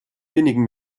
wenigen